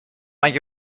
اگه